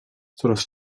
coraz